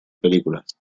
películas